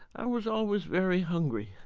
i was always very hungry.